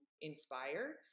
inspire